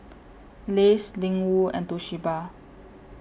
Lays Ling Wu and Toshiba